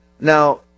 Now